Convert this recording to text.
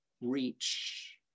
reach